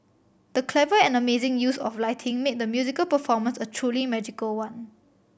the clever and amazing use of lighting made the musical performance a truly magical one